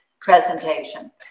presentation